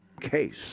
case